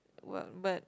but but